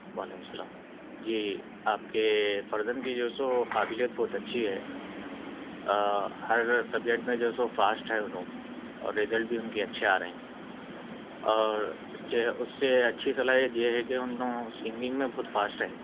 وعلیکم السلام جی آپ کے فرزند کی جو سو قابلیت بہت اچھی ہے ہر سبجیکٹ میں جو سو فاسٹ ہے انھوں اور رزلٹ بھی ان کے اچھے آ رہے اور چے اس سے اچھی صلاحیت یہ ہے کہ انھوں سنگنگ میں بہت فاسٹ ہے